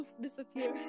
disappeared